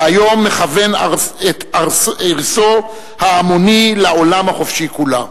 והיום מכוון ארסו ההמוני לעולם החופשי כולו.